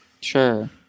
Sure